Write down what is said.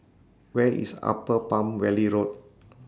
Where IS Upper Palm Valley Road